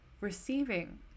receiving